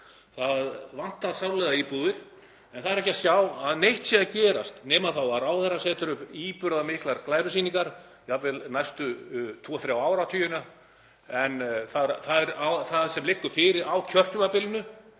Það vantar sárlega íbúðir en það er ekki að sjá að neitt sé að gerast nema þá að ráðherra setur upp íburðarmiklar glærusýningar, jafnvel fyrir næstu tvo, þrjá áratugina, en það sem liggur fyrir á kjörtímabilinu